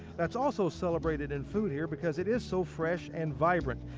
that's also celebrated in food here because it is so fresh and vibrant.